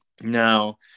now